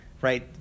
right